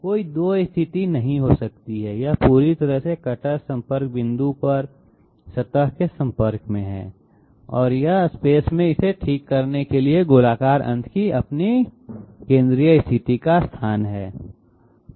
कोई 2 स्थिति नहीं हो सकती है यह पूरी तरह से कटर संपर्क बिंदु पर सतह के संपर्क में है और यह स्पेस में इसे ठीक करने के लिए गोलाकार अंत की अपनी केंद्रीय स्थिति का स्थान है